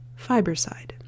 Fiberside